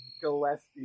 Gillespie